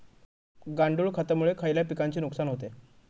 गांडूळ खतामुळे खयल्या पिकांचे नुकसान होते?